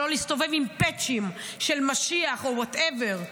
שלא להסתובב עם פאצ'ים של משיח או whatever.